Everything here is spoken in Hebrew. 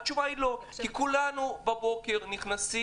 התשובה היא לא כי כולנו בבוקר נכנסים